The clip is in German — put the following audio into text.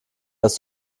das